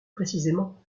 précisément